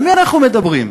על מי אנחנו מדברים?